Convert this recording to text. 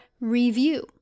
REVIEW